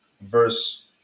verse